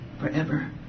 Forever